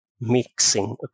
mixing